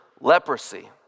leprosy